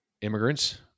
immigrants